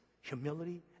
humility